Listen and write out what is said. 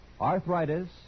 Arthritis